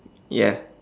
ya